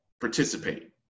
participate